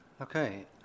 Okay